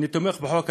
אני תומך בחוק הזה,